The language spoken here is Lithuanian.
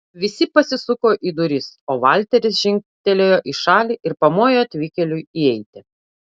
visi pasisuko į duris o valteris žingtelėjo į šalį ir pamojo atvykėliui įeiti